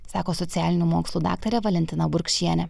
sako socialinių mokslų daktarė valentina burkšienė